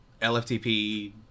LFTP